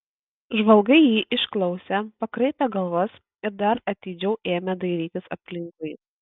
žvalgai jį išklausė pakraipė galvas ir dar atidžiau ėmė dairytis aplinkui